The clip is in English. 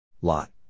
Lot